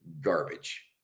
garbage